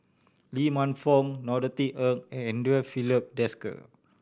Lee Man Fong Norothy Ng and Andre Filipe Desker